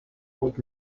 what